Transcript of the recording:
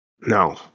No